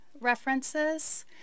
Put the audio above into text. references